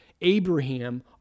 Abraham